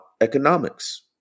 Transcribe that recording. economics